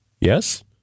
Yes